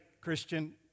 Christian